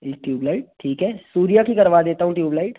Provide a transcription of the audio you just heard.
एक tube light ठीक है सूर्या की करवा देता हूँ ट्यूब लाइट